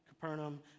Capernaum